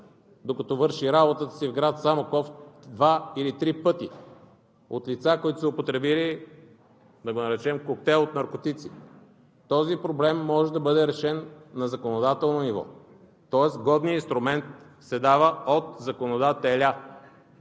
докато върши работата си в град Самоков, два или три пъти от лица, които са употребили коктейл от наркотици. Този проблем може да бъде решен на законодателно ниво. Тоест годният инструмент се дава от законодателя!